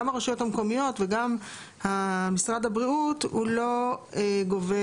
גם הרשויות המקומיות וגם משרד הבריאות הוא לא גובה,